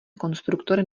konstruktor